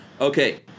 Okay